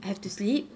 I have to sleep